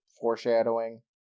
foreshadowing